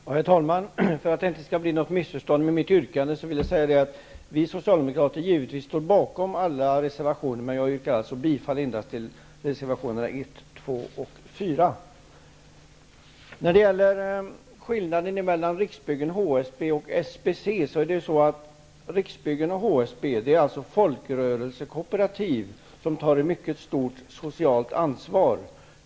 Herr talman! För att det inte skall bli något missförstånd i fråga om mitt yrkande vill jag säga att vi socialdemokrater givetvis står bakom alla reservationer, men jag yrkar alltså bifall endast till reservationerna 1, 2 och 4. Skillnaden mellan å ena sidan Riksbyggen och HSB och å andra sidan SBC är att Riksbyggen och HSB är folkrörelsekooperativ som tar ett mycket stort socialt ansvar.